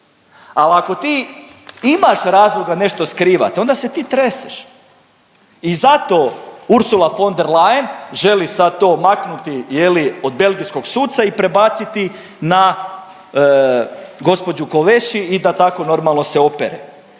ako ti imaš razloga nešto skrivat, onda se ti treseš. I zato Ursula von der Leyen želi sad to maknuti je li, od belgijskog suca i prebaciti na gospođu Kovesi i da tako normalno se opere.